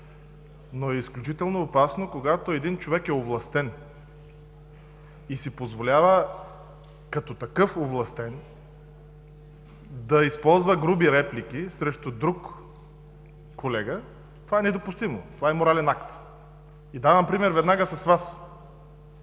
Изключително опасно е, когато един човек е овластен и си позволява като овластен да използва груби реплики срещу друг колега. Това е недопустимо, това е морален акт. И давам пример веднага с Вас: